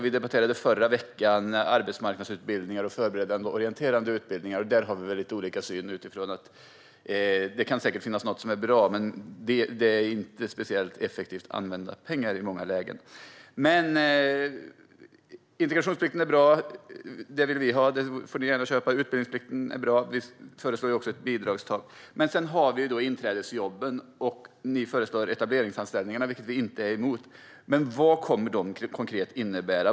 Vi debatterade i förra veckan arbetsmarknadsutbildningar och förberedande orienterande utbildningar. Där har vi lite olika syn. Det kan säkert finnas något som är bra, men det är inte speciellt effektivt använda pengar i många lägen. Integrationsplikten är bra - det vill vi ha, och det får ni gärna köpa. Utbildningsplikten är bra. Vi föreslår också ett bidragstak. Men sedan har vi inträdesjobben. Ni föreslår etableringsanställningar, vilket vi inte är emot, men vad kommer dessa konkret att innebära?